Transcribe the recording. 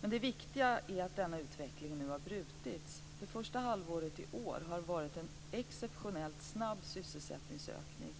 Men det viktiga är att denna utveckling nu har brutits. Det första halvåret i år har det varit en exceptionellt snabb sysselsättningsökning.